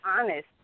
honest